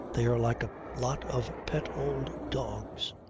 they are like a lot of pet old dogs.